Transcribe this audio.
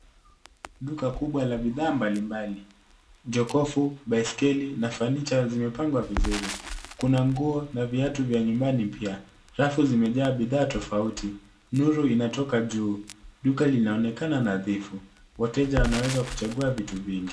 Duka kubwa la bidhaa mbalimbali. Jokofu, baiskeli na fanicha zimepangwa vizuri. Kuna nguo na viatu vya nyumbani pia, rafu zimejaa bidhaa tofauti. Nuru inatoka juu. Duka linaonekana nadhifu. Wateja wanaweza kuchagua vitu vingi.